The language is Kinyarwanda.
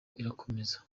irakomeza